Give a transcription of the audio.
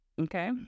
Okay